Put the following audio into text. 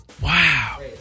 Wow